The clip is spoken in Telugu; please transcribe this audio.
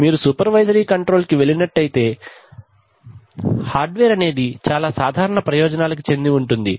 మీరు సూపర్వైజరీ కంట్రోల్ కి వెళ్ళినట్లయితే అనేది హార్డ్వేర్ అనేది చాలా సాధారణ ప్రయోజనాలకి చెంది ఉంటుంది